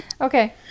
Okay